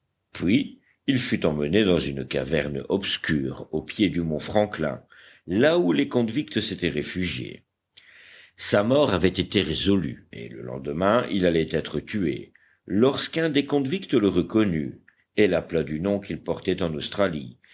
puis il fut emmené dans une caverne obscure au pied du mont franklin là où les convicts s'étaient réfugiés sa mort avait été résolue et le lendemain il allait être tué lorsqu'un des convicts le reconnut et l'appela du nom qu'il portait en australie